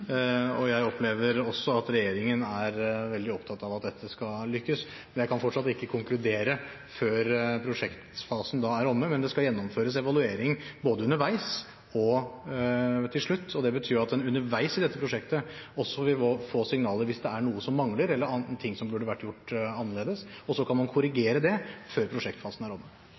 og jeg opplever også at regjeringen er veldig opptatt av at dette skal lykkes. Jeg kan fortsatt ikke konkludere før prosjektfasen er omme, men det skal gjennomføres evaluering både underveis og til slutt, og det betyr at en underveis i dette prosjektet også vil få signaler hvis det er noe som mangler, eller ting som burde vært gjort annerledes. Så kan man